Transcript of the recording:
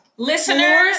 Listeners